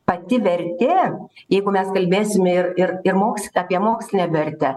pati vertė jeigu mes kalbėsime ir ir ir mokslo apie mokslinę vertę